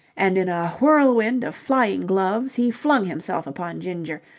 and in a whirlwind of flying gloves he flung himself upon ginger,